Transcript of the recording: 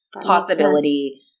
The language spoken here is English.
possibility